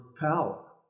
power